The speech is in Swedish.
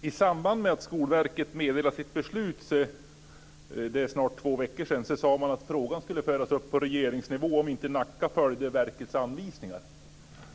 I samband med att Skolverket för två veckor sedan meddelade sitt beslut sade man att frågan skulle föras upp på regeringsnivå om Nacka inte följde verkets anvisningar.